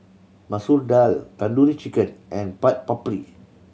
Masoor Dal Tandoori Chicken and Chaat Papri